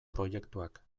proiektuak